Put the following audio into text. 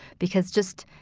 because just,